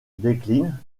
décline